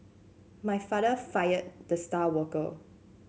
my father fired the star worker